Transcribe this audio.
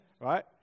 right